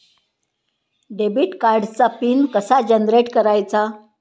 Debit कार्डचा pin कसा generate करायचा?